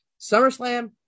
SummerSlam